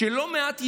שלא מעט יהודים,